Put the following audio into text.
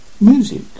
music